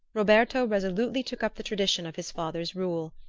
roberto resolutely took up the tradition of his father's rule,